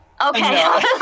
Okay